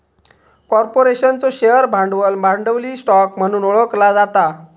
कॉर्पोरेशनचो शेअर भांडवल, भांडवली स्टॉक म्हणून ओळखला जाता